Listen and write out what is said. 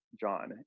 John